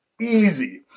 easy